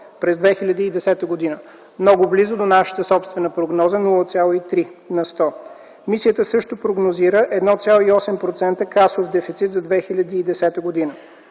през 2010 г., много близо до нашата собствена прогноза – 0,3 на сто. Мисията също прогнозира 1,8% касов дефицит за 2010 г.